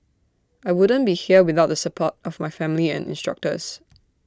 I wouldn't be here without the support of my family and instructors